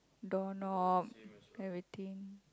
doorknob everything